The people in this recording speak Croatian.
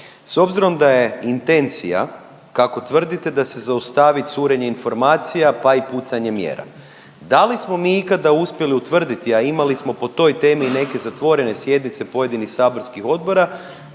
S obzirom da je intencija kako tvrdite da se zaustavi curenje informacija, pa i pucanje mjera. Da li smo mi ikada uspjeli utvrditi, a imali smo po toj temi i neke zatvorene sjednice pojedinih saborskih odbora